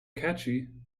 catchy